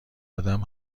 آدم